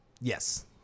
yes